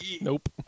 Nope